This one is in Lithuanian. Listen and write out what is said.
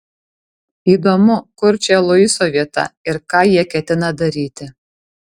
įdomu kur čia luiso vieta ir ką jie ketina daryti